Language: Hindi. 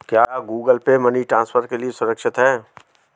क्या गूगल पे मनी ट्रांसफर के लिए सुरक्षित है?